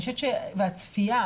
והצפייה,